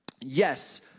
Yes